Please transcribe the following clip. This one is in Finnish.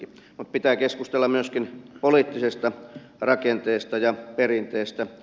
mutta pitää keskustella myöskin poliittisesta rakenteesta ja perinteestä